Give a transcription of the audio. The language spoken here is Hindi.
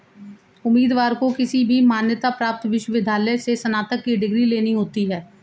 उम्मीदवार को किसी भी मान्यता प्राप्त विश्वविद्यालय से स्नातक की डिग्री लेना होती है